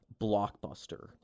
Blockbuster